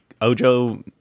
Ojo